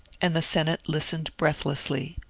and the senate listened breathlessly.